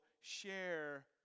share